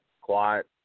quiet